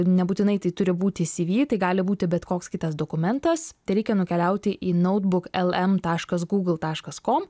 nebūtinai tai turi būti syvy tai gali būti bet koks kitas dokumentas tereikia nukeliauti į noutbuk lm taškas gūgl taškas kom